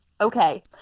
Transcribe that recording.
okay